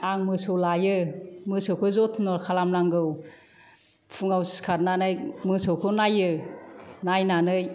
आं मोसौ लायो मोसौखौ जथन' खालामनांगौ फुङाव सिखारनानै मोसौखौ नायो नायनानै